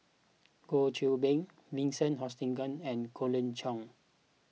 Goh Qiu Bin Vincent Hoisington and Colin Cheong